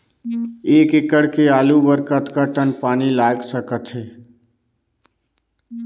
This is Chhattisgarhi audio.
एक एकड़ के आलू बर कतका टन पानी लाग सकथे?